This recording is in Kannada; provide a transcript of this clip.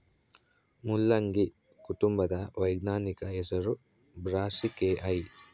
ಮುಲ್ಲಂಗಿ ಕುಟುಂಬದ ವೈಜ್ಞಾನಿಕ ಹೆಸರು ಬ್ರಾಸಿಕೆಐ